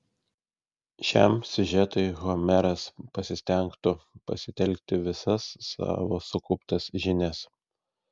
šiam siužetui homeras pasistengtų pasitelkti visas savo sukauptas žinias